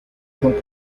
son